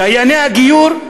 דייני הגיור,